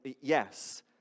yes